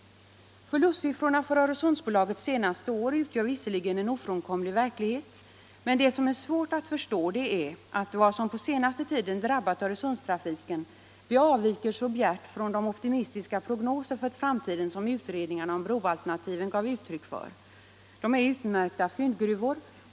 Förlustsiffrorna för Öresundsbolaget det senaste året utgör visserligen en ofrånkomlig verklighet. Men det är svårt att förstå att det som på senaste tiden drabbat Öresundstrafiken avviker så bjärt från de optimistiska prognoser för framtiden som utredningarna om broalternativen gav uttryck för. Dessa är utmärkta fyndgruvor.